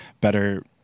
better